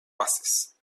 pases